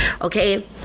okay